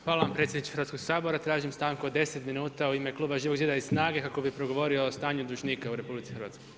Hvala vam predsjedniče Hrvatskog sabora, tražim stanku od 10 minuta u ime Kluba Živog zida i SNAGA-e kako bi progovorio o stanju dužnika u RH.